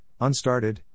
unstarted